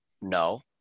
no